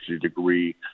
degree